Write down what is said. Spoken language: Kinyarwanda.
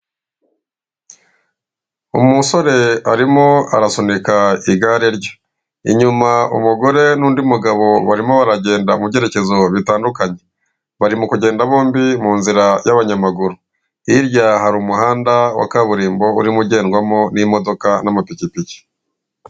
Umusore arimo arasunika igare rye, inyuma umugore n'undi mugabo barimo baragenda mu byerekezo bitandukanye, barimo kugenda bombi mu nzira y'abanyamaguru, hirya hari umuhanda wa kaburimbo urimo ugendwamo n'imodoka n'amapikipiki.